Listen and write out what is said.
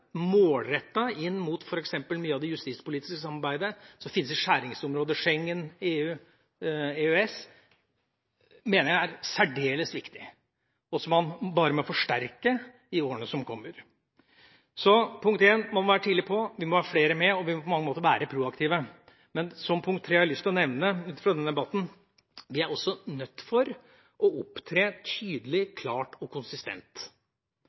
inn mot f.eks. mye av det justispolitiske samarbeidet som finnes i skjæringsområdet Schengen, EU, EØS, mener jeg er særdeles viktig, som man bare må forsterke i årene som kommer. Så punkt én: Man må være tidlig på, vi må være flere med og vi må på mange måter være proaktive. Som punkt tre har jeg i denne debatten lyst til å nevne at vi også er nødt til å opptre tydelig, klart og konsistent.